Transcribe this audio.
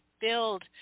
build